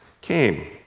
came